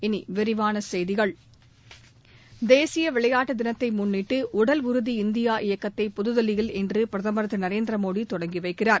இனி விரிவான செய்திகள் தேசிய விளையாட்டு தினத்தை முன்னிட்டு உடல் உறுதி இந்தியா இயக்கத்தை புதுதில்லியில் இன்று பிரதமர் திரு நரேந்திர மோடி தொடங்கி வைக்கிறார்